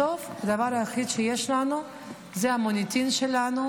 בסוף, הדבר היחיד שיש לנו זה המוניטין שלנו,